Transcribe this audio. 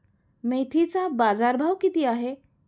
मेथीचा बाजारभाव किती आहे?